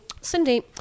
Cindy